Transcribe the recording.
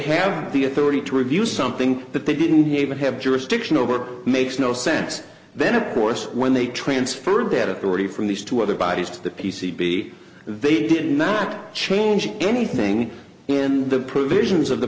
have the authority to review something that they didn't even have jurisdiction over makes no sense then of course when they transferred that authority from these two other bodies to the p c b they did not change anything in the